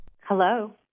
Hello